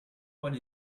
what